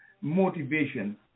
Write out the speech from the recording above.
motivation